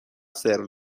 سرو